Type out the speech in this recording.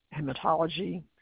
Hematology